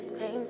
pain